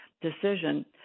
decision